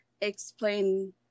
explain